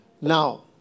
Now